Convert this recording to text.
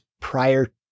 prior